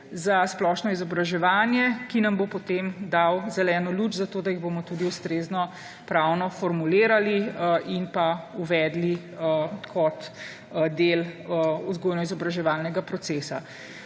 za splošno izobraževanje, ki nam bo potem dal zeleno luč, zato da jih bomo tudi ustrezno pravno formulirali in uvedli kot del vzgojno-izobraževalnega procesa.